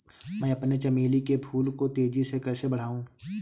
मैं अपने चमेली के फूल को तेजी से कैसे बढाऊं?